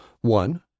One